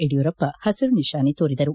ಯಡಿಯೂರಪ್ಪ ಹಸಿರು ನಿಶಾನೆ ತೋರಿದರು